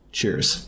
Cheers